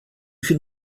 can